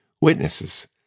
witnesses